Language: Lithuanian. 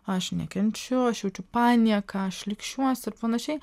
aš nekenčiu aš jaučiu panieką šlykščiuosi ir panašiai